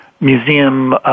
museum